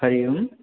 Hari Om